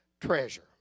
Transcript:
treasure